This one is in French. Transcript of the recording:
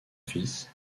fils